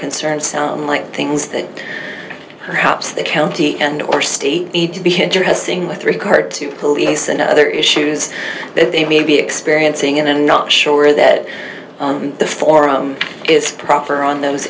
concerns like things that perhaps the county and or state need to be addressing with regard to police and other issues that they may be experiencing in a not sure that the forum is proper on those